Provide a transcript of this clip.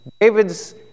David's